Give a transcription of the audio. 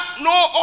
no